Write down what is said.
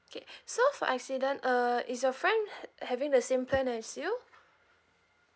K so for accident uh is your friend ha~ having the same plan as you